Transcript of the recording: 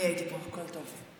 הייתי פה, הכול טוב.